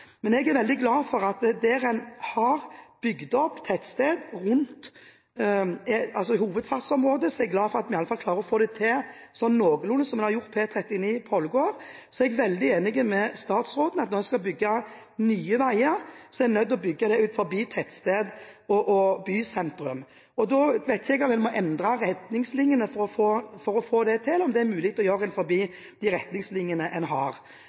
har bygd opp tettsted rundt en hovedfartsåre, klarer en å få det til sånn noenlunde, som en har gjort på E39 på Ålgård. Jeg er veldig enig med statsråden i at når en skal bygge nye veier, er en nødt til å bygge dem utenfor tettsteder og bysentrum. Jeg vet ikke om en må endre retningslinjene for å få det til, eller om det er mulig å gjøre det innenfor de retningslinjene en har.